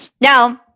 now